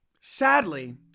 sadly